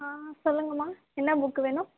ஆ சொல்லுங்கள் மா என்ன புக்கு வேணும்